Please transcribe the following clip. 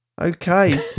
Okay